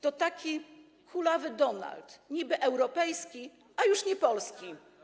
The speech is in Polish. To taki kulawy Donald: niby europejski, a już niepolski.